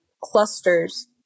clusters